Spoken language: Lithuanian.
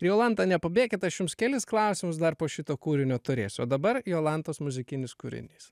jolanta nepabėkit aš jums kelis klausimus dar po šito kūrinio turėsiu o dabar jolantos muzikinis kūrinys